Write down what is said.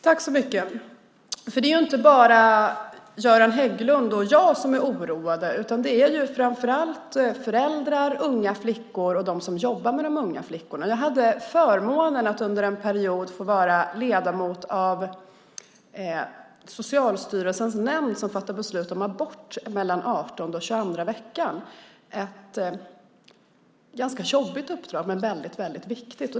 Herr talman! Det är inte bara Göran Hägglund och jag som är oroade, utan det är framför allt föräldrar, unga flickor och de som jobbar med de unga flickorna. Jag hade förmånen att under en period vara ledamot av Socialstyrelsens nämnd som fattar beslut om abort mellan den 18:e och 22:a veckan. Det var ett ganska jobbigt, men väldigt viktigt uppdrag.